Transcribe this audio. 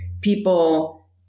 people